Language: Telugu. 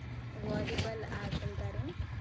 వాలీబాల్ ఆడుతుంటారు